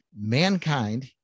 mankind